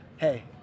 hey